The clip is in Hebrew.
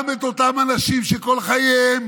גם אותם אנשים שכל חייהם